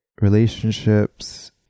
relationships